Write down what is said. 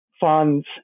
funds